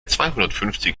zweihundertfünfzig